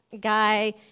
guy